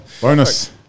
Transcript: bonus